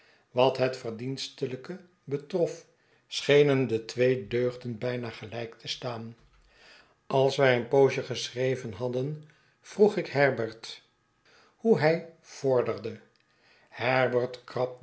wat het verdienstelyke betrof schenen de twee deugden bijna gelijk te staan als wij een poosje geschreven hadden vroeg ik herbert hoe hy vorderde